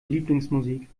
lieblingsmusik